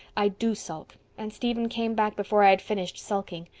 i do sulk and stephen came back before i had finished sulking.